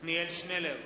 עתניאל שנלר,